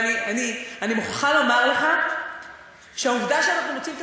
אני מוכרחה לומר לך שהעובדה שאנחנו מוצאים את